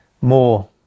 More